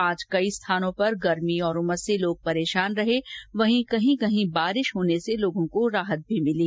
आज कई स्थानों पर गर्मी और उमस से लोग परेशान रहें वहीं कहीं बारिश होने से लोगों को राहत मिली